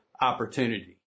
opportunity